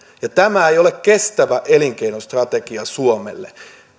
tämä ei ole kestävä elinkeinostrategia suomelle